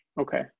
Okay